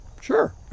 sure